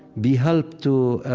be helped to